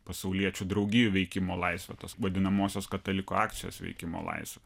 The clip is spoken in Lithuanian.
pasauliečių draugijų veikimo laisvę tos vadinamosios katalikų akcijos veikimo laisvę